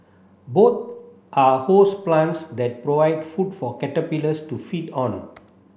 both are host plants that provide food for caterpillars to feed on